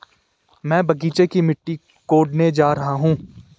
मैं बगीचे की मिट्टी कोडने जा रहा हूं